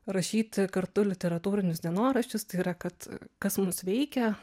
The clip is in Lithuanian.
rašyti kartu literatūrinius dienoraščius tai yra kad kas mus veikia